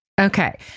Okay